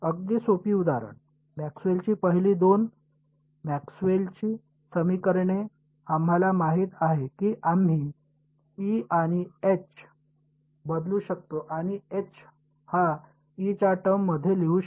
अगदी सोपी उदाहरण मॅक्सवेलची पहिली दोन मॅक्सवेलची समीकरणे आम्हाला माहित आहेत की आम्ही ई आणि एच बदलू शकतो आणि एच हा ई च्या टर्म मध्ये लिहू शकतो